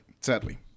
Sadly